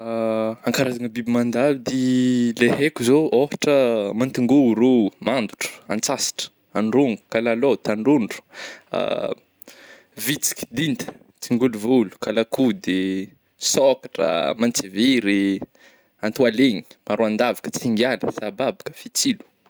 Karazagna biby mandady le haiko zao, ôhatra mantingôrô, mandotro, antsasatra, andrôngô, kalalao, tandrondro, vitsiky, dinty, tsingôlovôlo, kalako de sôkatra, mantsiviry, maroandavaka, tsingala, sababaka, fitsilo.